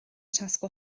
tesco